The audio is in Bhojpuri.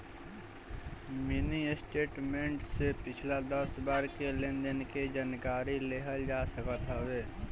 मिनी स्टेटमेंट से पिछला दस बार के लेनदेन के जानकारी लेहल जा सकत हवे